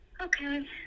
okay